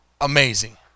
amazing